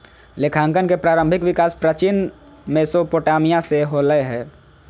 लेखांकन के प्रारंभिक विकास प्राचीन मेसोपोटामिया से होलय हल